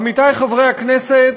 עמיתי חברי הכנסת,